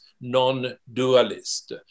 non-dualist